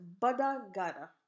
Badagara